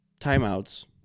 timeouts